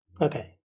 Okay